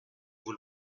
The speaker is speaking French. vous